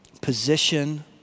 position